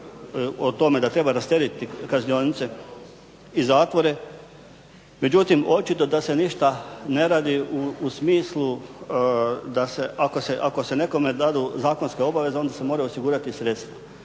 o tome da treba rasteretiti kaznionice i zatvore. Međutim, očito da se ništa ne radi u smislu da se, ako se nekome dadu zakonske obaveze onda se moraju osigurati sredstva.